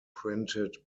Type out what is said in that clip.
printed